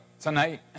tonight